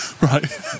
Right